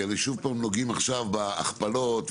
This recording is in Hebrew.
כי אתם שוב נוגעים עכשיו בהכפלות ובזה,